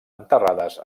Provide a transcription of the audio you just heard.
enterrades